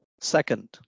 Second